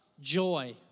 joy